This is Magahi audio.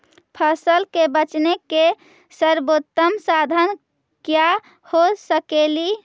फसल के बेचने के सरबोतम साधन क्या हो सकेली?